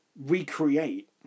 recreate